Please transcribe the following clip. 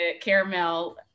caramel